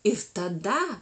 ir tada